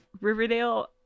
Riverdale